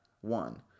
one